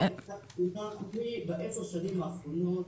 בעשר שנים האחרונות